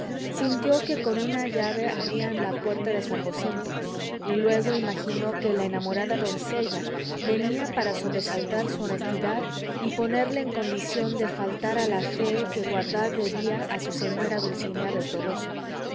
sintió que con una llave abrían la puerta de su aposento y luego imaginó que la enamorada doncella venía para sobresaltar su honestidad y ponerle en condición de faltar a la fee que guardar debía a su señora dulcinea del toboso